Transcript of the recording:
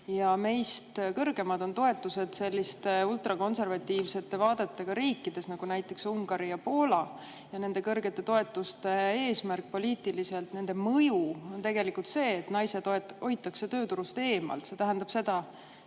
Meist kõrgemad on toetused sellistes ultrakonservatiivsete vaadetega riikides nagu näiteks Ungari ja Poola ja nende kõrgete toetuste eesmärk poliitiliselt, nende mõju on tegelikult see, et naised hoitakse tööturust eemal. See tähendab seda,